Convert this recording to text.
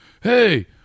hey